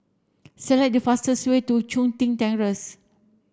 select the fastest way to Chun Tin Terrace